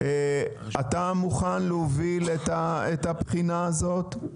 אתה מוכן להוביל את הבחינה הזאת?